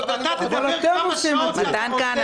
אתה מדבר כמה שעות שאתה רוצה -- מתן כהנא,